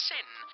Sin